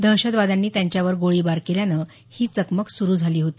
दहशतवाद्यांनी त्यांच्यावर गोळीबार केल्यानं ही चकमक सुरू झाली होती